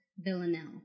Villanelle